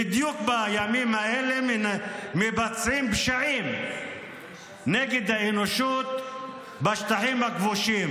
בדיוק בימים האלה מבצעים פשעים נגד האנושות בשטחים הכבושים: